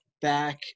back